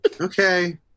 Okay